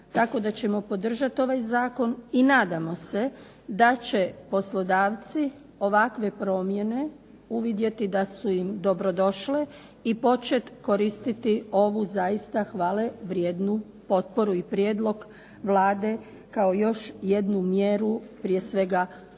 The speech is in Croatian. tako da ćemo podržati ovaj zakon i nadamo se da će poslodavci ovakve promjene uvidjeti da su im dobro došle i počet koristiti ovu zaista hvale vrijednu potporu i prijedlog Vlade kao još jednu mjeru prije svega